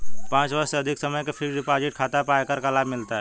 पाँच वर्ष से अधिक समय के फ़िक्स्ड डिपॉज़िट खाता पर आयकर का लाभ मिलता है